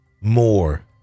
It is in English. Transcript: more